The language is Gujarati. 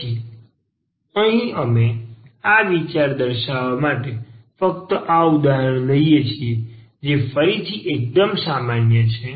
તેથી અહીં અમે આ વિચારને દર્શાવવા માટે ફક્ત આ ઉદાહરણ લઈએ છીએ જે ફરીથી એકદમ સામાન્ય છે